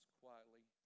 quietly